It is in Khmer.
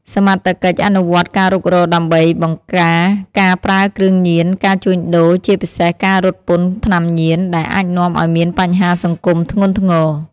សមត្ថកិច្ចអនុវត្តការរុករកដើម្បី បង្ការការប្រើគ្រឿងញៀន ការជួញដូរ ជាពិសេសការរត់ពន្ធថ្នាំញៀន ដែលអាចនាំឱ្យមានបញ្ហាសង្គមធ្ងន់ធ្ងរ។